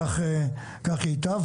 כך ייטב.